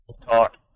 talk